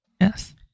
Yes